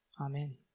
Amen